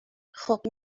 خوب